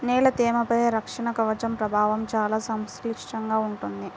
నేల తేమపై రక్షక కవచం ప్రభావం చాలా సంక్లిష్టంగా ఉంటుంది